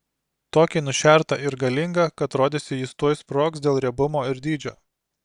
tokį nušertą ir galingą kad rodėsi jis tuoj sprogs dėl riebumo ir dydžio